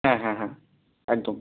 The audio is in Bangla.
হ্যাঁ হ্যাঁ হ্যাঁ একদম